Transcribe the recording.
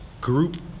group